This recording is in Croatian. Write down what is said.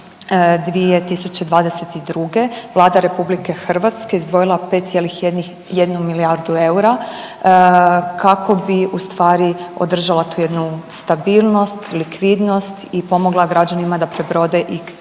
2022. Vlada RH izdvojila 5,1 milijardu eura kako bi ustvari održala tu jednu stabilnost, likvidnost i pomogla građanima da prebrode i energetske